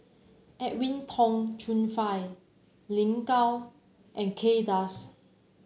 Edwin Tong Chun Fai Lin Gao and Kay Das